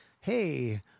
hey